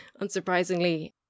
Unsurprisingly